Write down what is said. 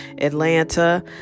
Atlanta